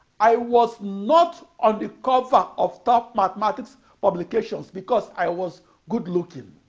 i was not on the cover of top mathematics publications because i was good looking.